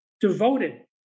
devoted